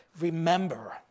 Remember